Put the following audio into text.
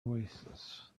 oasis